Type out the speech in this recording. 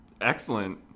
excellent